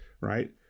right